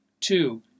Two